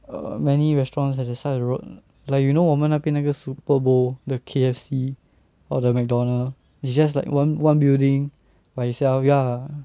err many restaurants at the side of the road like you know 我们那边那个 super bowl the K_F_C or the McDonalds is just like one one building by itself ya